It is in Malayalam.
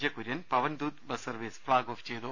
J Kurian Pavandoot bus service flag off ചെയ്തു